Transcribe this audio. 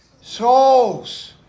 Souls